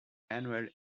annual